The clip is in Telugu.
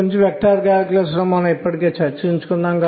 మరియు ఈ సంఖ్య విభజనల సంఖ్య బేసిగా ఉంటుంది ఎందుకంటే ఇది ఖచ్చితంగా 2 k 1